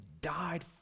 died